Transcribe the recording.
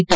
T